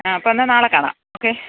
ആ അപ്പം എന്നാൽ നാളെ കാണാം ഓക്കെ